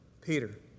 Peter